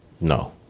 No